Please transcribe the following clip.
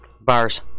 Bars